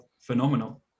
phenomenal